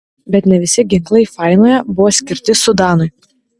bet ne visi ginklai fainoje buvo skirti sudanui